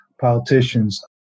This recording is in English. politicians